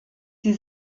sie